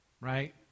right